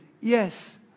Yes